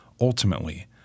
Ultimately